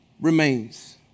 remains